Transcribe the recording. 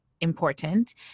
important